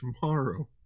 tomorrow